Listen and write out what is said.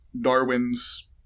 Darwin's